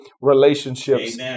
relationships